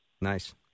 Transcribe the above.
Nice